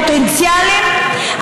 הפוטנציאליים,